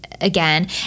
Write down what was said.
again